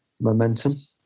momentum